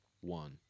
one